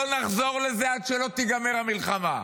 לא נחזור לזה, עד שלא תיגמר המלחמה.